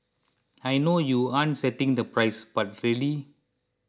I know you aren't setting the price but really